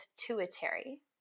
pituitary